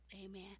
Amen